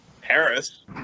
Paris